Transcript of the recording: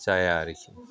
जाया आरोखि